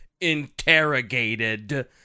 interrogated